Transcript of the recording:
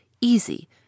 easy